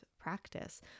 practice